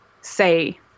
say